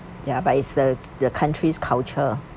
ya but it's the the country's culture